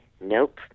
Nope